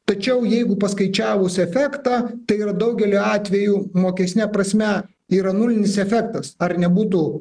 tačiau jeigu paskaičiavus efektą tai yra daugeliu atvejų mokestine prasme yra nulinis efektas ar nebūtų